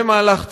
זה מהלך צודק,